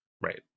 right